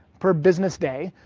per business day.